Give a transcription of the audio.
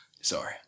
Sorry